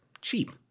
cheap